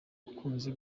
ukunze